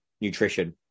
nutrition